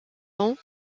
ans